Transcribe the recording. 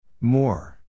More